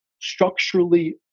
structurally